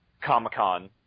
Comic-Con